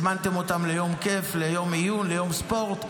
הזמנתם אותם ליום כיף, ליום עיון, ליום ספורט?